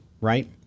right